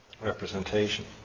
representation